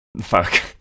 Fuck